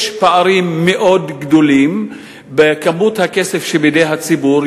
יש פערים מאוד גדולים בכמות הכסף שבידי הציבור.